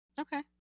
Okay